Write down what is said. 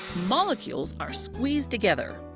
molecules are squeezed together.